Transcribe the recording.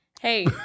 Hey